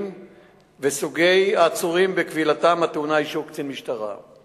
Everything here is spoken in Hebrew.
סוגי עצורים שכבילתם טעונה אישור קצין משטרה.